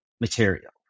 material